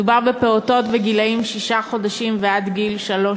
מדובר בפעוטות גילאי שישה חודשים עד שלוש